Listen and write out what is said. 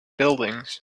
buildings